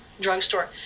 drugstore